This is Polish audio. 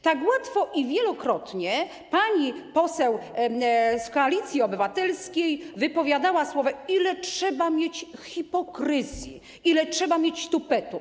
Tak łatwo i wielokrotnie pani poseł z Koalicji Obywatelskiej wypowiadała słowa: „ile trzeba mieć hipokryzji, ile trzeba mieć tupetu”